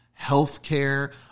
healthcare